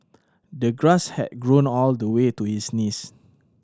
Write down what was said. the grass had grown all the way to his knees